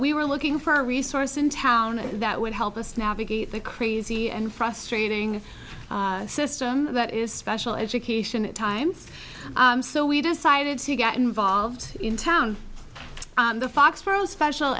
we were looking for a resource in town that would help us navigate the crazy and frustrating system that is special education at times so we decided to get involved in town the foxboro special